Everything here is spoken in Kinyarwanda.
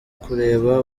kureba